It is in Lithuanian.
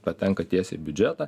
patenka tiesiai į biudžetą